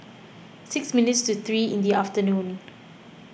six minutes to three in the afternoon